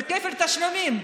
זה כפל תשלומים.